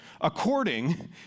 according